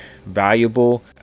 Valuable